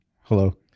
hello